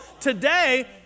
today